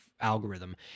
algorithm